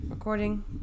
Recording